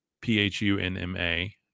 p-h-u-n-m-a